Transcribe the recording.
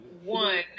One